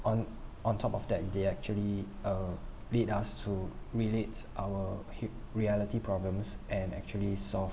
on on top of that they actually uh let us to relate our reality problems and actually solve